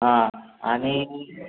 हां आणि